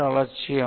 அலட்சியம்